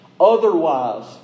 Otherwise